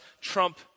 trump